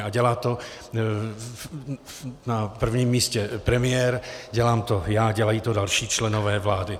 A dělá to na prvním místě premiér, dělám to já, dělají to další členové vlády.